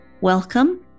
Welcome